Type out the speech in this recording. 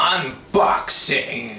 Unboxing